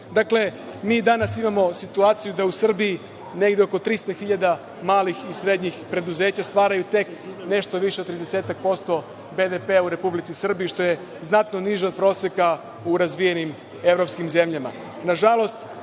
mi danas imamo situaciju da u Srbiji negde oko 300.000 malih i srednjih preduzeća stvaraju nešto više od tridesetak posto BDP u Republici Srbiji, što je znatno niže od proseka u razvijenim evropskim zemljama.